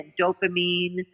dopamine